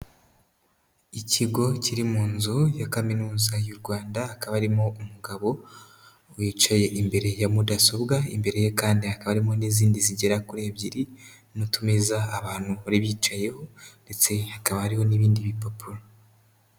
Ikigo kiri mu nzu ya kaminuza y'u Rwanda, hakaba harimo umugabo wicaye imbere ya Mudasobwa, imbere ye kandi hakaba harimo n'izindi zigera kuri ebyiri n'utumeza abantu bari bicayeho ndetse hakaba hariho n'ibindi bipapuro.